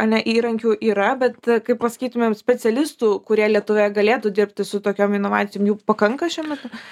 ane įrankių yra bet kai pasakytumėm specialistų kurie lietuvoje galėtų dirbti su tokiom inovacijom jų pakanka šiuo metu